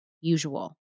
usual